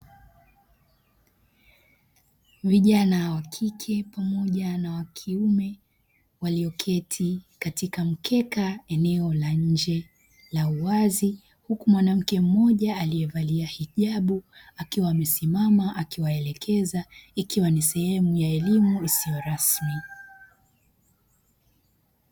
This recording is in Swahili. Vijana wa kike pamoja na wa kiume walioketi katika mkeka eneo la nje la uwazi huku mwanamke mmoja aliyevalia hijabu akiwa amesimama akiwaelekeza ikiwa ni sehemu ya elimu isiyo rasmi.